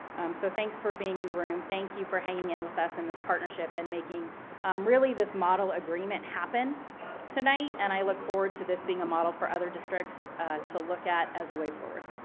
so thanks for being in the room. thanks for hanging in with us in this partnership, and making um really this model agreement happen tonight and i look forward to this being a model for other districts to look at as a way forward.